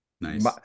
Nice